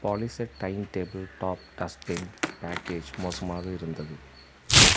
polyset dine table top dustbin package மோசமாக இருந்தது